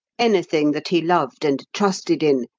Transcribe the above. anything that he loved and trusted in,